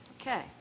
Okay